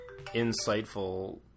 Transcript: insightful